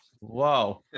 wow